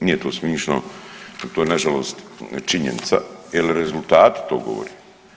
Nije to smišno, to je nažalost činjenica jer rezultati to govore.